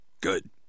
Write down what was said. Good